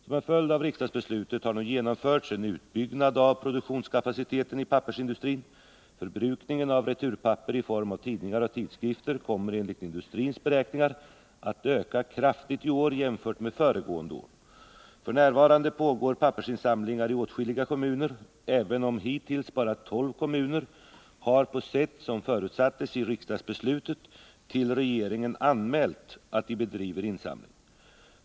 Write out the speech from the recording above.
Som en följd av riksdagsbeslutet har nu genomförts en utbyggnad av produktionskapaciteten i pappersindustrin. Förbrukningen av returpapper i form av tidningar och tidskrifter kommer enligt industrins beräkningar att öka kraftigt i år jämfört med föregående år. F.n. pågår pappersinsamlingar i åtskilliga kommuner, även om hittills bara tolv kommuner har på sätt som förutsattes i riksdagsbeslutet till regeringen anmält att de bedriver insamling.